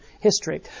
history